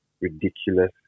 ridiculous